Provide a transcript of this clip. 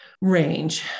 range